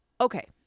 okay